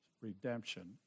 redemption